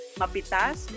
mapitas